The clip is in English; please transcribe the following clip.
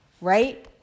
right